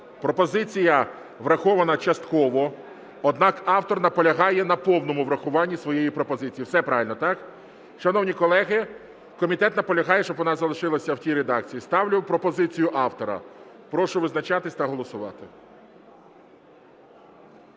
Пропозиція врахована частково, однак автор наполягає на повному врахуванні своєї пропозиції. Все правильно, так? Шановні колеги... Комітет наполягає, щоб вона залишилася в тій редакції. Ставлю пропозицію автора. Прошу визначатися та голосувати.